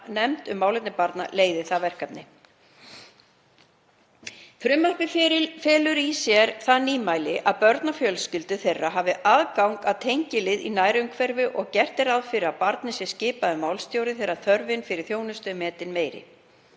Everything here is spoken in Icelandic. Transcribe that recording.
um málefni barna leiði það verkefni. Frumvarpið felur í sér það nýmæli að börn og fjölskyldur þeirra hafi aðgang að tengilið í nærumhverfi og gert er ráð fyrir að barni sé skipaður málstjóri þegar þörfin fyrir þjónustu er metin meiri.